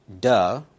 duh